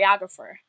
choreographer